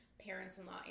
parents-in-law